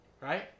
right